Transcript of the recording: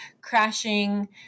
crashing